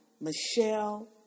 Michelle